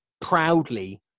proudly